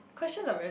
question of a